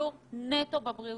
שקשור נטו בבריאותם.